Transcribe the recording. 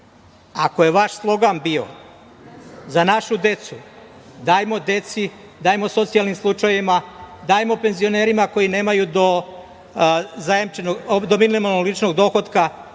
Ako je vaš slogan bio – za našu decu, dajmo deci, dajmo socijalnim slučajevima, dajmo penzionerima koji nemaju do minimalnog ličnog dohotka